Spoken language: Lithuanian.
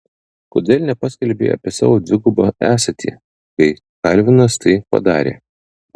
kodėl nepaskelbei apie savo dvigubą esatį kai kalvinas tai padarė